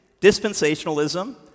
dispensationalism